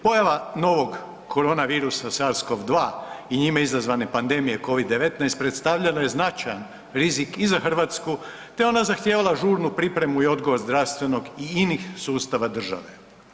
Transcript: Pojava novog virusa SARS-CoV-2 i njime izazvane pandemije Covid-19 predstavljalo je značajan rizik i za Hrvatsku te je ona zahtijevala žurnu pripremu i odgovor zdravstvenog i inih sustava države.